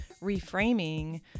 reframing